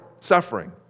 suffering